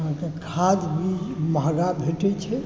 अहाँके खाद भी महँगा भेटै छै